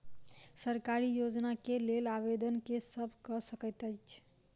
सरकारी योजना केँ लेल आवेदन केँ सब कऽ सकैत अछि?